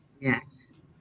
Yes